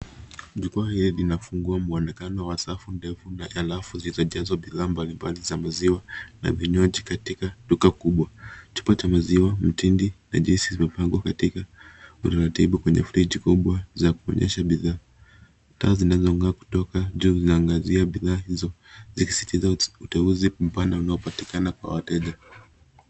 Jukwaa hili linafungua muonekano wa safu ndefu na rafu zilizojazwa bidhaa mbalimbali za maziwa, na vinywaji katika duka kubwa. Tupate maziwa, mtindi, na juisi zimepangwa katika utaratibu kwenye friji kubwa za kuonyesha bidhaa. Taa zinazong'aa kutoka juu, zaangazia bidhaa hizo. Zikisisitiza uteuzi mpana unaopatikana kwa wateja.